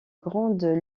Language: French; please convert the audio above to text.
grandes